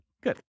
Good